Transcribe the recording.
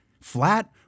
Flat